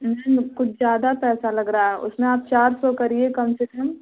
ma'am कुछ ज़्यादा पैसा लग रहा है उसमें आप चार सौ करिए कम से कम